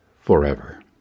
forever